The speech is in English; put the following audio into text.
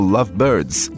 Lovebirds